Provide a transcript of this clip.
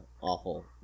awful